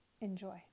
Enjoy